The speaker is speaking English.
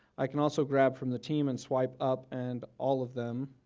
i can also grab from the team and swipe up and all of them.